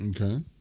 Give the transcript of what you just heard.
Okay